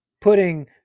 putting